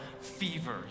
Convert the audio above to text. fever